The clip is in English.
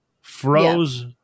froze